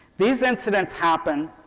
these incidents happen